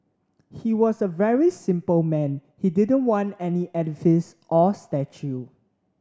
he was a very simple man he didn't want any edifice or statue